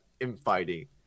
infighting